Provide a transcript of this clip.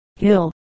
Hill